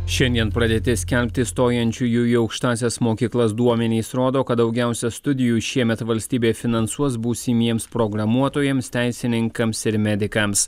šiandien pradėti skelbti stojančiųjų į aukštąsias mokyklas duomenys rodo kad daugiausia studijų šiemet valstybė finansuos būsimiems programuotojams teisininkams ir medikams